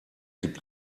gibt